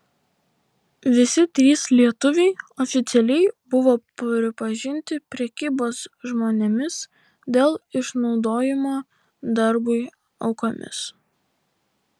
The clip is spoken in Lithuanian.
visi trys lietuviai oficialiai buvo pripažinti prekybos žmonėmis dėl išnaudojimo darbui aukomis